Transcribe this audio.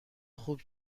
خوب